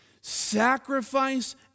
Sacrifice